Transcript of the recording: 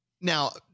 now